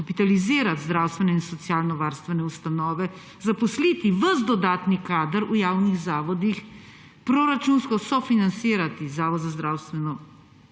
dokapitalizirati zdravstvene in socialnovarstvene ustanove, zaposliti ves dodatni kader v javnih zavodih, proračunsko sofinancirati ZZZS, ukinitev